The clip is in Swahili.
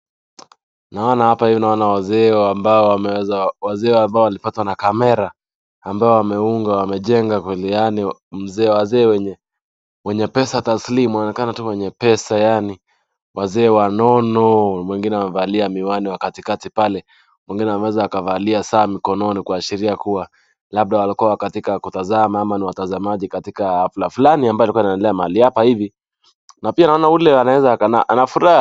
Naona hapa hivi naona wazee ambao wameweza wazee ambao walipatwa na kamera ambao wameunga wamejenga kweli yaani mzee wazee wenye wenye pesa taslimu wanaonekana tu wenye pesa yaani. Wazee wanono. Mwingine amevalia miwani wa katikati pale. Mwingine ameweza akavalia saa mikononi kuashiria kuwa labda walikuwa katika kutazama ama ni watazamaji katika hafla fulani ambayo ilikuwa inaendelea mahali hapa hivi. Na pia naona ule anaweza aka anafurahi.